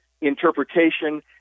interpretation